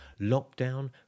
Lockdown